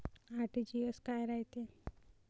RTGS काय रायते?